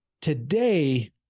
today